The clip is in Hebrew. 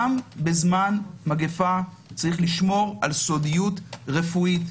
גם בזמן מגיפה יש לשמור על סודיות רפואית.